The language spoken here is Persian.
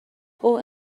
اوه